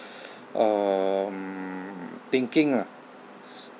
um thinking ah